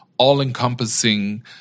all-encompassing